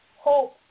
hope